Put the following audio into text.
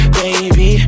baby